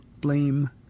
blame